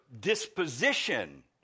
disposition